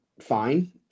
fine